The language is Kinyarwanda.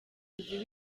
umuyobozi